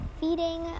feeding